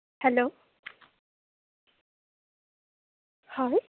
hello হয়